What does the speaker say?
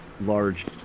large